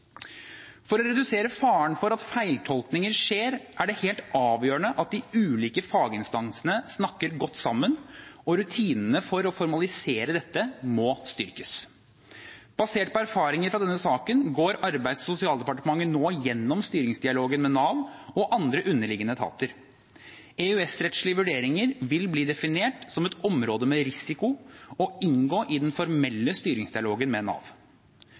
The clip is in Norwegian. For å redusere faren for at feiltolkninger skjer, er det helt avgjørende at de ulike faginstansene snakker godt sammen, og rutinene for å formalisere dette må styrkes. Basert på erfaringer fra denne saken går Arbeids- og sosialdepartementet nå gjennom styringsdialogen med Nav og andre underliggende etater. EØS-rettslige vurderinger vil bli definert som et område med risiko og inngå i den formelle styringsdialogen med Nav.